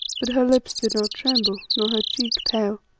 but her lips did not tremble, nor her cheek pale.